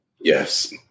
Yes